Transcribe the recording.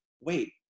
wait